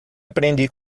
aprendi